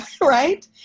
right